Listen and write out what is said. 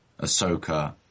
Ahsoka